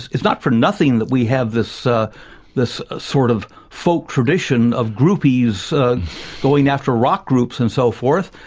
it's not for nothing that we have this ah this sort of folk tradition of groupies going after rock groups and so forth.